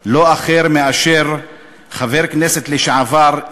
לא אחר מאשר חבר כנסת לשעבר,